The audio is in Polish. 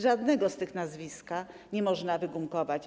Żadnego z tych nazwisk nie można wygumkować.